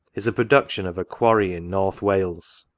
is a production of a quarry in north wales.